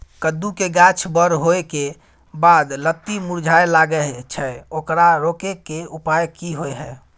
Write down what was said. कद्दू के गाछ बर होय के बाद लत्ती मुरझाय लागे छै ओकरा रोके के उपाय कि होय है?